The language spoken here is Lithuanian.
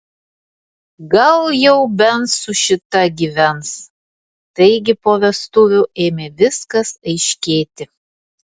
gal jau bent su šita gyvens taigi po vestuvių ėmė viskas aiškėti